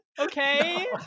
okay